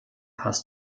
hast